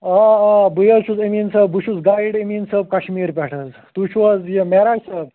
آ آ بٕے حظ چھُس امیٖن صوب بہٕ چھُس گایڈ امیٖن صوب کشمیٖر پٮ۪ٹھ حظ چھُو حظ یہِ معراج صوب